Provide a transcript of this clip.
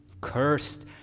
Cursed